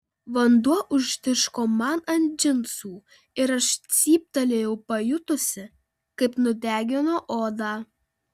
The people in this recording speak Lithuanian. vanduo užtiško man ant džinsų ir aš cyptelėjau pajutusi kaip nudegino odą